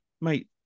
Mate